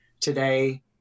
today